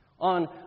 on